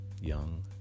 young